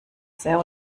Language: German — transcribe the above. sehr